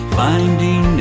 finding